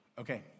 Okay